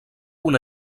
una